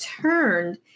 turned